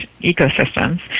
ecosystems